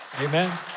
Amen